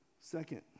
Second